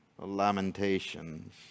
lamentations